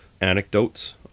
anecdotes